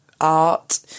art